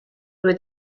would